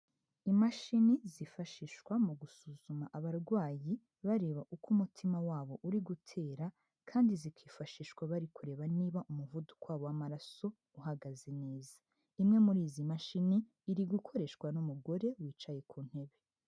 Imashini zifashishwa mu gusuzuma abarwayi bareba uko umutima wabo uri gutera kandi zikifashishwa bari kureba niba umuvuduko wabo w'amaraso uhagaze neza, imwe muri izi mashini iri gukoreshwa n'umugore wicaye ku ntebe.